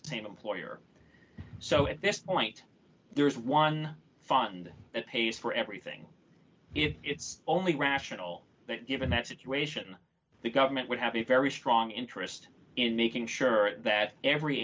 same employer so at this point there is one fund that pays for everything if it's only rational given that situation the government would have a very strong interest in making sure that every